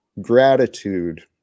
gratitude